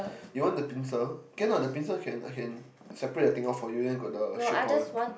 you want the pincer can lah the pincer can I can separate the thing off for you then got the shape all